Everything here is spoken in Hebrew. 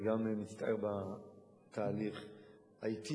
גם אני מצטער על התהליך האטי.